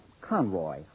Conroy